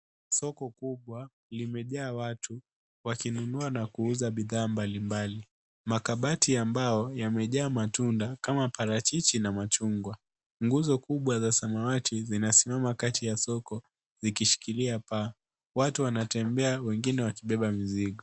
Soko kubwa limejaa watu wakinunua na kuuza bidhaa mbalimbali, makabati ambayo yamejaa matunda kama parachichi na machungwa. Nguzo kubwa za samawati vinasimama kati ya soko zikishikilia paa. Watu wanatembea wengine wakibeba mizigo.